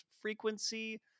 frequency